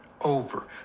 over